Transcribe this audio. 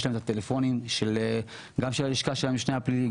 יש להן את הטלפונים גם של הלשכה של המשנה לפלילי,